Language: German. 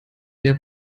der